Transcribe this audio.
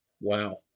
Wow